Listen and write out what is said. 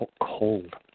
cold